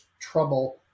trouble